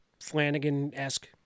Flanagan-esque